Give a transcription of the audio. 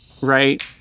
right